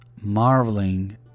marveling